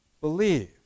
believe